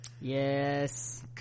yes